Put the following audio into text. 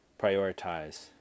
prioritize